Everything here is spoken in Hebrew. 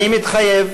"אני מתחייב